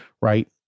right